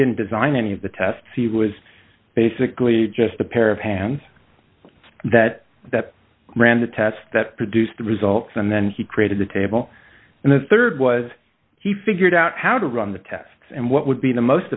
didn't design any of the tests he was basically just a pair of hands that that ran the test that produced the results and then he created the table and the rd was he figured out how to run the tests and what would be the most